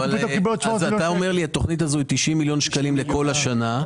אתה אומר שהתוכנית הזאת היא 90 מיליון שקלים לכל השנה.